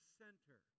center